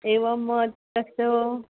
एवं तत्